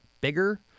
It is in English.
bigger